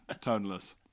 toneless